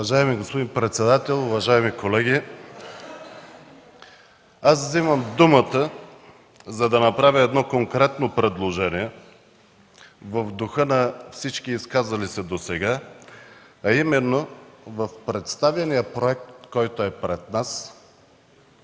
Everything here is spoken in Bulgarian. Уважаеми господин председател, уважаеми колеги, вземам думата, за да направя конкретно предложение. В духа на всички изказали се досега, а именно в представения Проект за решение